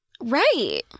Right